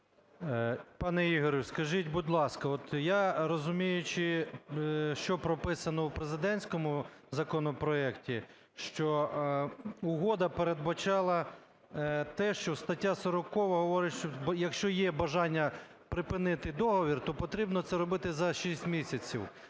Пане Ігорю, скажіть, будь ласка, от я, розуміючи, що прописано в президентському законопроекті, що угода передбачала те, що стаття 40 говорить, що якщо є бажання припинити договір, то потрібно це робити за 6 місяців.